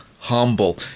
Humble